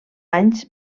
anys